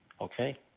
Okay